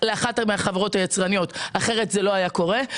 לאחת מהחברות היצרניות, אחרת זה לא היה קורה.